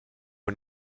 man